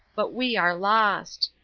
but we are lost.